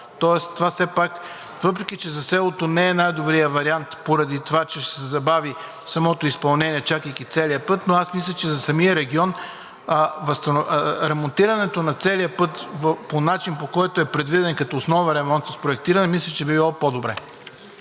Тоест това все пак, въпреки че за селото не е най-добрият вариант, поради това че ще се забави самото изпълнение, чакайки целия път, но аз мисля, че за самия регион ремонтирането на целия път по начин, по който е предвиден като основен ремонт с проектиране, мисля, че би било по-добре.